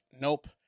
nope